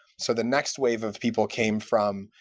so the next wave of people came from,